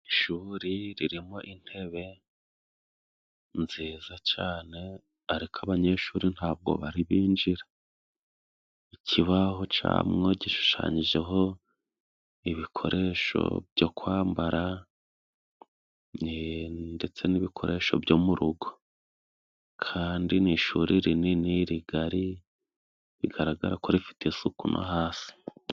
Ishuri ririmo intebe nziza cane, ariko abanyeshuri ntabwo bari binjira. Ikibaho camwo gishushanyijeho ibikoresho byo kwambara, ndetse n'ibikoresho byo mu rugo. Kandi ni ishuri rinini, rigari, bigaragara ko rifite isukuma hasi.